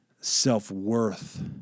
self-worth